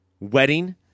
wedding